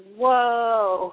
whoa